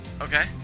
Okay